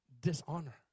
Dishonor